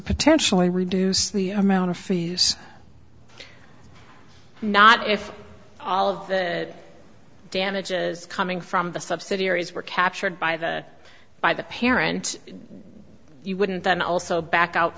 potentially reduce the amount of fees not if all of the damages coming from the subsidiaries were captured by the by the parent you wouldn't then also